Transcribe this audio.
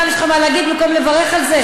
וגם יש לך מה להגיד במקום לברך על זה?